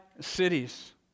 cities